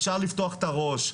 אפשר לפתוח את הראש,